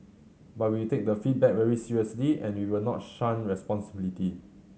but we take the feedback very seriously and we will not shun responsibility